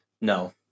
No